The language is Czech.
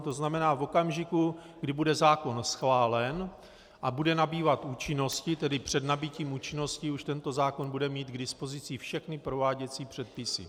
To znamená, v okamžiku, kdy bude zákon schválen a bude nabývat účinnosti, tedy před nabytím účinnosti, už tento zákon bude mít k dispozici všechny prováděcí předpisy.